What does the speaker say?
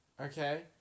Okay